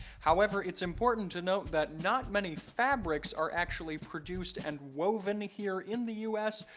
however, it's important to note that not many fabrics are actually produced and woven here in the us.